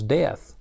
death